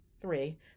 three